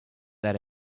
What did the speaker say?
that